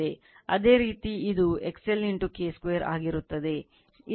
ಅದೇ ರೀತಿ ಇದು XL K2 ಆಗಿರುತ್ತದೆ